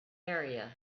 area